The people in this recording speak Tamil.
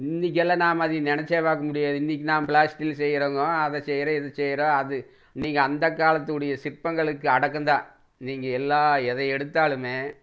இன்னிக்கெல்லாம் நாம் அதை நினச்சே பார்க்க முடியாது இன்னிக்கு நாம் ப்ளாஸ்டிக்கில் செய்கிறோங்க அதை செய்கிறோம் இதை செய்கிறோம் அது நீங்கள் அந்த காலத்துடைய சிற்பங்களுக்கு அடக்கந்தான் நீங்கள் எல்லாம் எதை எடுத்தாலுமே